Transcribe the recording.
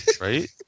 Right